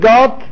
God